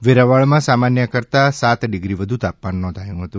વેરાવળમાં સામાન્ય કરતાં સાત ડિગ્રી વધુ તાપમાન નોંધાયું હતું